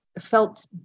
felt